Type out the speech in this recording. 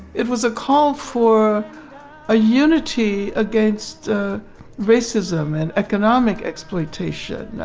it was a call for ah unity against racism and economic exploitation.